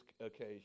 occasion